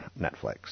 Netflix